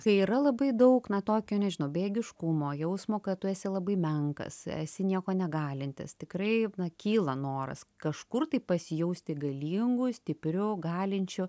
tai yra labai daug na tokio nežinau bejėgiškumo jausmo kad tu esi labai menkas esi nieko negalintis tikrai na kyla noras kažkur tai pasijausti galingu stipriu galinčiu